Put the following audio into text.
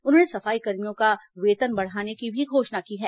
उन्होंने सफाईकर्मियों का वेतन बढ़ाने की भी घोषणा की है